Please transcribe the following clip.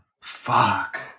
Fuck